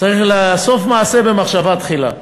סוף מעשה במחשבה תחילה.